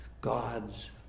God's